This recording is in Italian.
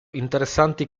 interessanti